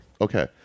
okay